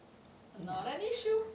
not an issue